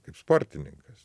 kaip sportininkas